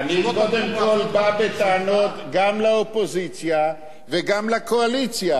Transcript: אני קודם כול בא בטענות גם לאופוזיציה וגם לקואליציה.